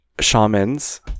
shamans